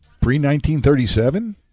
Pre-1937